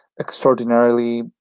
extraordinarily